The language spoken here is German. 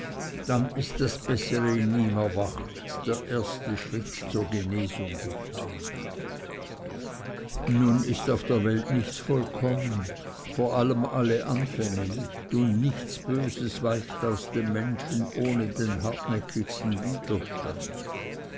dann ist das bessere in ihm erwacht der erste schritt zur genesung getan nun ist auf der welt nichts vollkommen vor allem alle anfänge nicht und nichts böses weicht aus dem menschen ohne den hartnäckigsten widerstand